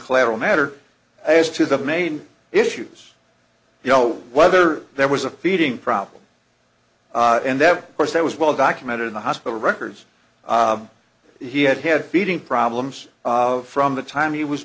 collateral matter as to the main issues you know whether there was a feeding problem and that of course that was well documented in the hospital records he had had feeding problems from the time he was